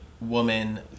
woman